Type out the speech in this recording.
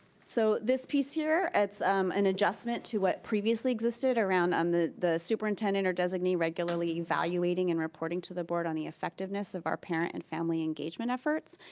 so this piece here, it's an adjustment to what previously existed around um on the superintendent or designee regularly evaluating and reporting to the board on the effectiveness of our parent and family engagement efforts.